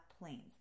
planes